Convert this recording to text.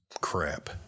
crap